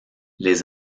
les